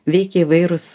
veikia įvairūs